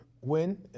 win